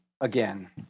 again